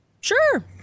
Sure